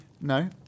No